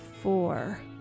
four